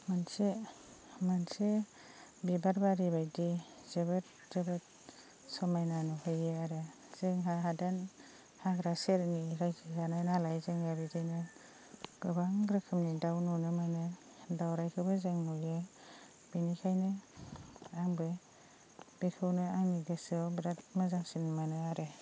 मोनसे मोनसे बिबार बारि बायदि जोबोद जोबोद समायना नुहोयो आरो जोंहा हादान हाग्रा सेरनि रायजो जानाय नालाय जोङो बिदिनो गोबां रोखोमनि दाउ नुनो मोनो दाउराइखौबो जों नुयो बेनिखायनो आंबो बेखौनो आंनि गोसोआव बिराद मोजांसिन मोनो आरो